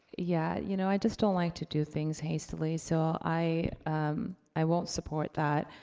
yeah, you know, i just don't like to do things hastily, so i i won't support that.